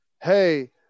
hey